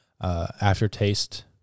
aftertaste